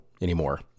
anymore